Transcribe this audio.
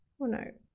well no,